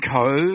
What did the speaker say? Cove